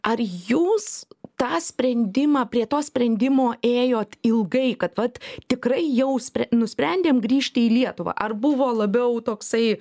ar jūs tą sprendimą prie to sprendimo ėjot ilgai kad vat tikrai jau nusprendėm grįžti į lietuvą ar buvo labiau toksai